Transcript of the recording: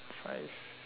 alright